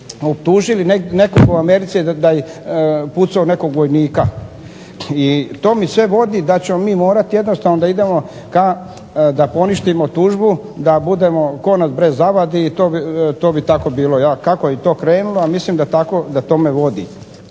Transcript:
optužili nekoga u Americi da je pucao u nekog vojnika, i to mi sve govori da ćemo mi morati jednostavno da idemo ka, da poništimo tužbu da budemo ko nas bre zavadi i to bi tako bilo, kako je to krenulo a mislim da tako, da